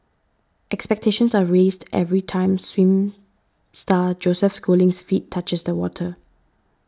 expectations are raised every time swim star Joseph Schooling's feet touches the water